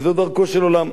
וזו דרכו של עולם.